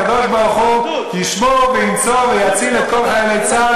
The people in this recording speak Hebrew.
הקדוש-ברוך-הוא ישמור וינצור ויציל את כל חיילי צה"ל